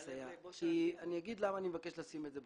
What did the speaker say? אני אגיד למה אני מבקש לשים את זה בצד.